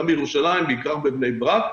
גם בירושלים ובעיקר בבני ברק.